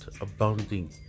abounding